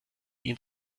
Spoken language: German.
ihn